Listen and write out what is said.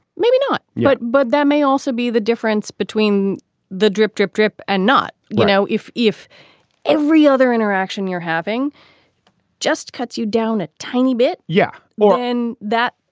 maybe not yet but that may also be the difference between the drip, drip, drip and not, you know, if if every other interaction you're having just cuts you down a tiny bit. yeah, more than and that.